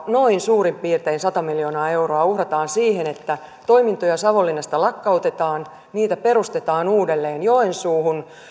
noin suurin piirtein sata miljoonaa euroa uhrataan siihen että toimintoja savonlinnasta lakkautetaan ja niitä perustetaan uudelleen joensuuhun